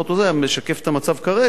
זה משקף את המצב כרגע.